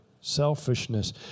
selfishness